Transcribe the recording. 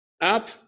up